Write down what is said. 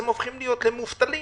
הם הופכים להיות מובטלים